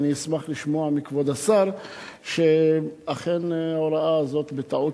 ואני אשמח לשמוע מכבוד השר שאכן ההוראה הזאת בטעות